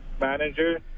manager